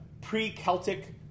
pre-celtic